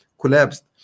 collapsed